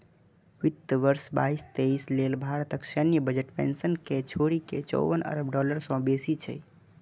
वित्त वर्ष बाईस तेइस लेल भारतक सैन्य बजट पेंशन कें छोड़ि के चौवन अरब डॉलर सं बेसी छै